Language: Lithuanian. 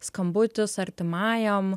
skambutis artimajam